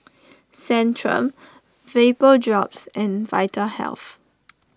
Centrum Vapodrops and Vitahealth